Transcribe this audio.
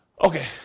Okay